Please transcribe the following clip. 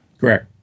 Correct